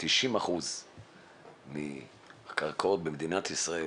90% מקרקעות מדינת ישראל